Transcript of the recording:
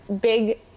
big